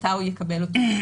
מתי הוא יקבל אותו.